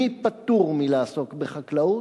מי פטור מלעסוק בחקלאות?